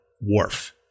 Worf